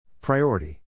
Priority